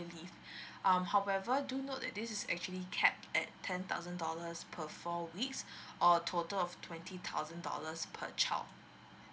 leave um however do note that this is actually capped at ten thousand dollars per four weeks or a total of twenty thousand dollars per child